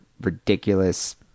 ridiculous